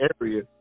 area